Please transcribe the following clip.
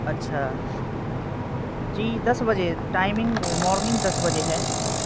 اچھا جی دس بجے ٹائمنگ مارننگ دس بجے ہے